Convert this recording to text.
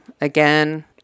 Again